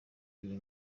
iyi